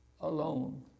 alone